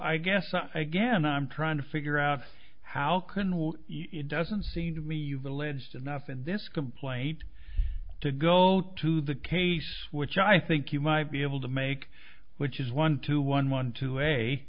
i guess again i'm trying to figure out how can will it doesn't seem to me you've alleged enough in this complaint to go to the case which i think you might be able to make which is one two one one two